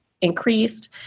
increased